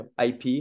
IP